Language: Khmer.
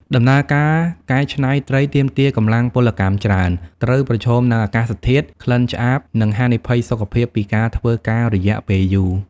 ដំណើរការកែច្នៃត្រីទាមទារកម្លាំងពលកម្មច្រើន ត្រូវប្រឈមនឹងអាកាសធាតុ ក្លិនឆ្អាប និងហានិភ័យសុខភាពពីការធ្វើការរយៈពេលយូរ។